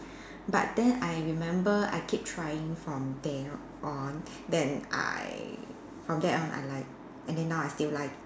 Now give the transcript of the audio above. but then I remember I keep trying from then on then I from then on I like and then now I still like